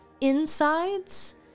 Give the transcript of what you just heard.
Insides